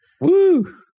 Woo